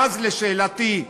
ואז, לשאלתי: